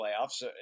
playoffs